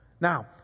Now